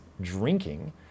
drinking